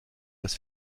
des